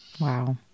Wow